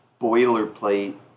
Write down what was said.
boilerplate